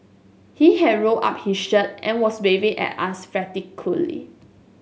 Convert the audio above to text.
he had rolled up his shirt and was waving at us frantically